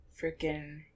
freaking